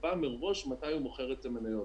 שייקבע מראש מתי הוא מוכר את המניות,